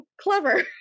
clever